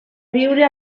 viure